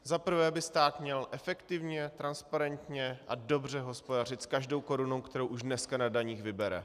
Za prvé by stát měl efektivně, transparentně a dobře hospodařit s každou korunou, kterou už dneska na daních vybere.